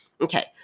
Okay